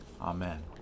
Amen